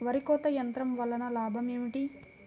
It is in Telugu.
వరి కోత యంత్రం వలన లాభం ఏమిటి?